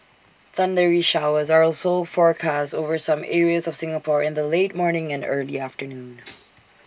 thundery showers are also forecast over some areas of Singapore in the late morning and early afternoon